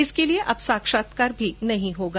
इसके लिए अब साक्षात्कार नहीं होगा